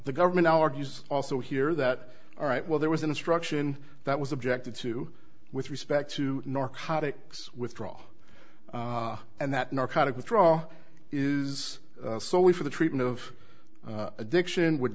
the government argues also hear that all right well there was an instruction that was objected to with respect to narcotics withdraw and that narcotic withdraw is so we for the treatment of addiction would